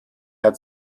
hat